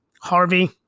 Harvey